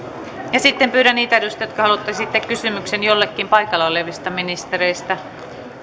sitten pyydän niitä edustajia jotka haluavat esittää kysymyksen jollekin paikalla olevista ministereistä